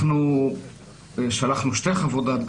אנחנו שלחנו שתי חוות דעת,